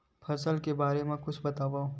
फसल के बारे मा कुछु बतावव